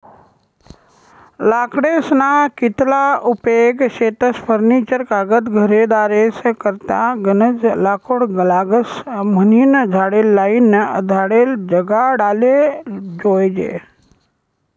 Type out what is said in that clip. लाकडेस्ना कितला उपेग शेतस फर्निचर कागद घरेदारेस करता गनज लाकूड लागस म्हनीन झाडे लायीन झाडे जगाडाले जोयजे